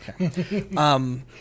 Okay